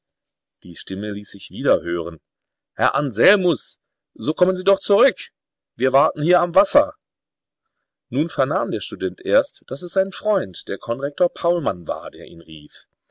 die stimme ließ sich wieder hören herr anselmus so kommen sie doch zurück wir warten hier am wasser nun vernahm der student erst daß es sein freund der konrektor paulmann war der ihn rief